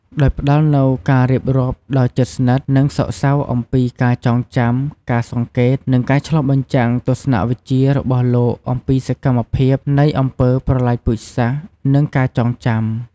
ដោយផ្តល់នូវការរៀបរាប់ដ៏ជិតស្និទ្ធ និងសោកសៅអំពីការចងចាំ ការសង្កេត និងការឆ្លុះបញ្ចាំងទស្សនវិជ្ជារបស់លោកអំពីសម្មភាពនៃអំពើប្រល័យពូជសាសន៍ និងការចងចាំ។